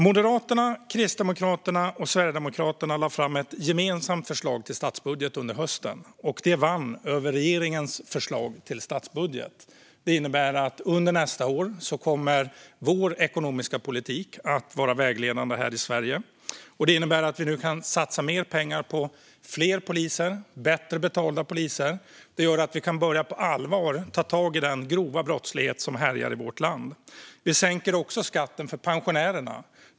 Moderaterna, Kristdemokraterna och Sverigedemokraterna lade fram ett gemensamt förslag till statsbudget under hösten. Det vann över regeringens förslag till statsbudget. Det innebär att under nästa år kommer vår ekonomiska politik att vara vägledande i Sverige, och det innebär att vi kan satsa mer pengar på fler poliser och bättre betalda poliser. Det gör att vi på allvar kan ta tag i den grova brottslighet som härjar i vårt land. Vi sänker också skatten för pensionärerna.